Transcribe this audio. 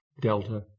Delta